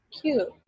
cute